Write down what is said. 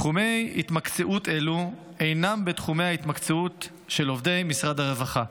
תחומי התמקצעות אלו אינם בתחומי ההתמקצעות של עובדי משרד הרווחה.